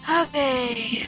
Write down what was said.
okay